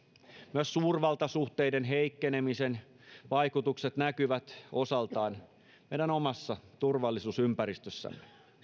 myös suurvaltasuhteiden heikkenemisen vaikutukset näkyvät osaltaan meidän omassa turvallisuusympäristössämme